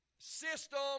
System